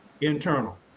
internal